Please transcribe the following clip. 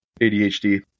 ADHD